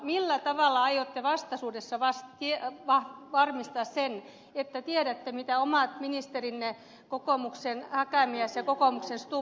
millä tavalla aiotte vastaisuudessa varmistaa sen että tiedätte mitä omat ministerinne kokoomuksen häkämies ja kokoomuksen stubb tekevät